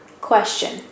Question